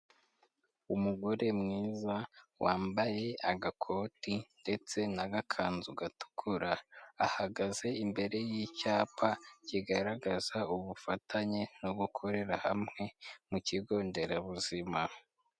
Umugore mwiza wambaye agakoti ndetse n'agakanzu gatukura, ahagaze imbere y’icyapa kigaragaza ubufatanye no gukorera hamwe mu kigo nderabuzima.